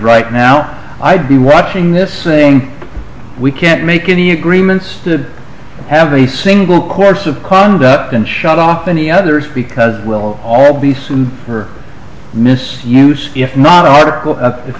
right now i'd be watching this saying we can't make any agreements to have a single course of conduct and shut off any others because we'll all be in her mis use if not an article